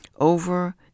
Over